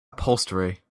upholstery